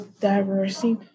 diversity